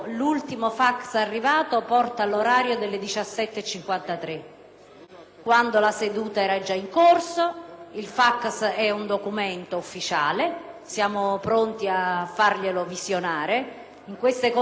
quando la seduta era già in corso. Il fax è un documento ufficiale e siamo pronti a farglielo visionare. In queste condizioni credo che ci debba concedere almeno un quarto d'ora di sospensione per fare